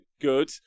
Good